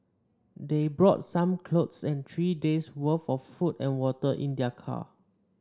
they brought some clothes and three days' worth of food and water in their car